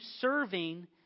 serving